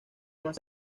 más